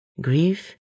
Grief